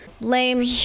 Lame